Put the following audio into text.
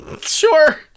Sure